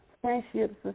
Friendships